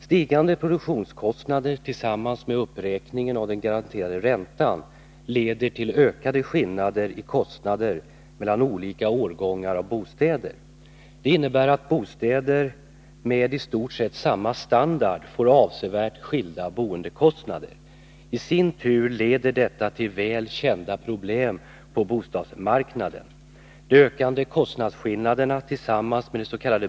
Stigande produktionskostnader tillsammans med uppräkningen av den garanterade räntan leder till ökade skillnader i kostnader mellan olika årgångar av bostäder. Det inenbär att bostäder med i stort sett samma standard får avsevärt skilda boendekostnader. I sin tur leder detta till väl kända problem på bostadsmarknaden. De ökande kostnadsskillnaderna tillsammans med dets.k.